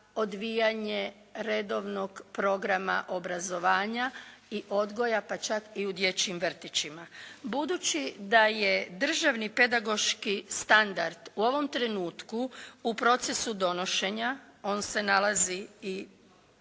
odvijanje redovnog programa obrazovanja i odgoja pa čak i u dječjim vrtićima. Budući da je državni pedagoški standard u ovom trenutku u procesu donošenja. On se nalazi i